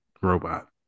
robot